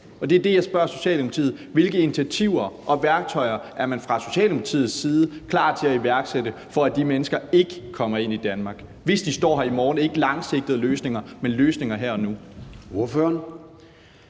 til Danmark. Der spørger jeg Socialdemokratiet: Hvilke initiativer og værktøjer er man fra Socialdemokratiets side klar til at iværksætte, for at de mennesker ikke kommer ind i Danmark, hvis de står her i morgen? Jeg taler ikke om langsigtede løsninger, men om, hvilke løsninger